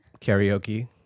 karaoke